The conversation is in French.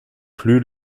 plus